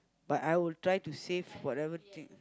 but I would try to save whatever thing